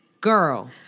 Girl